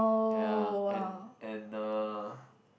ya and and uh